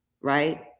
right